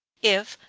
if,